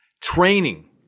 training